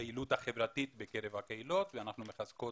הפעילות החברתית בקרב הקהילות ואנחנו מחזקים